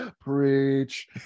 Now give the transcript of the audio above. preach